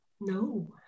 No